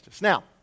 Now